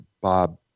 Bob